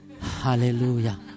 hallelujah